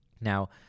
now